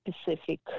specific